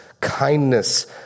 kindness